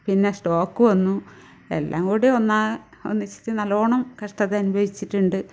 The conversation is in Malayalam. പിന്ന സ്ട്രോക്ക് വന്നു എല്ലാം കൂടെ ഒന്നാ ഒന്നിച്ചിട്ട് നല്ലവണ്ണം കഷ്ടത അനുഭവിച്ചിട്ടുണ്ട്